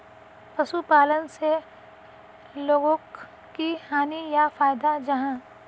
पशुपालन से लोगोक की हानि या फायदा जाहा?